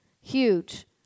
huge